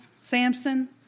Samson